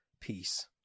Peace